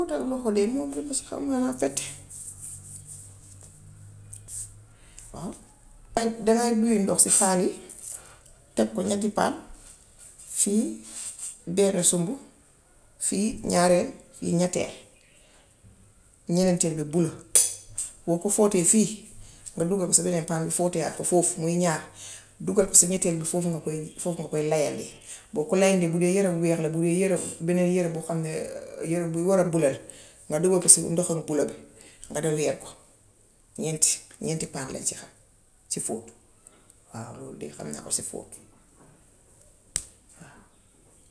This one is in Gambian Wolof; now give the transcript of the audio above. Wutal ma ko léegi moom bum si xam mu naa fete waaw dangaa duy ndox si paan yi, teg ko ñetti paan; fii benna sumb, fii ñaareel, fii ñetteel. nenenteel bi bula. Boo ko fóotee fii nga dugal si beneen paan bi fóotee ak foofu, muy ñaar. Dugal ko sa ñetteel bi, foofu nga koy foofu nga koy layandi. Boo ko layandee, bu dee yëre bu weex la, bu dee yëre bu dee beneen yëre boo xam ne yëre bun war a bula nga dugal ko si ndoxum bula bi nga dem weer ko ñeenti ñeenti paan lañ ci xam ci fóot waaw lool de xam naa ko ci fóot waaw.